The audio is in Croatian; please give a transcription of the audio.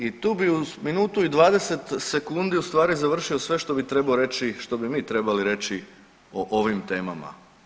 I tu bi u minutu i 20 sekundi završio sve što bi trebao reći, što bi mi trebali reći o ovim temama.